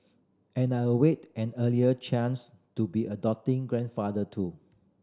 and I await an earlier chance to be a doting grandfather too